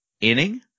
inning